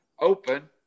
open